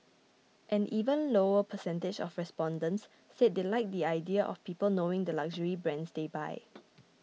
an even lower percentage of respondents said they like the idea of people knowing the luxury brands they buy